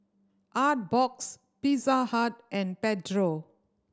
Artbox Pizza Hut and Pedro